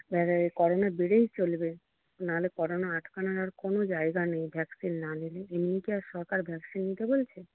corona বেড়েই চলবে নাহলে করোনা আটকানোর কোনও জায়গা নেই ভ্যাকসিন না নিলে এমনি কি আর সরকার ভ্যাকসিন নিতে বলেছে